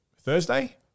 Thursday